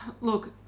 Look